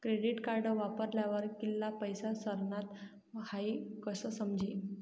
credit card वापरावर कित्ला पैसा सरनात हाई कशं समजी